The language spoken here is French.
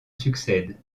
succèdent